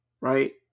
Right